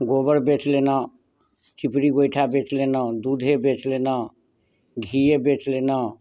गोबर बेच लेलहुँ चिपड़ी गोइठा बेच लेलहुँ दूधे बेच लेलहुँ घीये बेच लेलहुँ